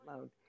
mode